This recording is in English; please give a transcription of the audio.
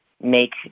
make